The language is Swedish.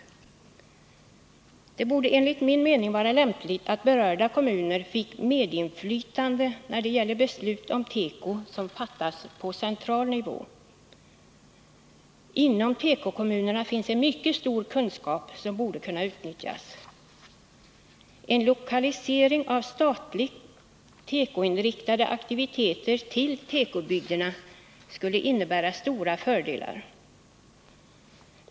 Därför borde det enligt min mening vara lämpligt att berörda kommuner fick medinflytande när det gäller beslut om teko som fattas på central nivå. Inom tekokommunerna finns en mycket stor kunskap som borde kunna utnyttjas. En lokalisering av statliga tekoinriktade aktiviteter till tekobygderna skulle innebära stora fördelar.